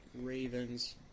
Ravens